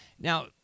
Now